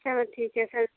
चलो ठीक है सर